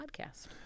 podcast